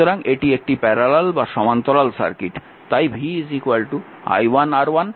সুতরাং এটি একটি সমান্তরাল সার্কিট